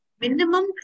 minimum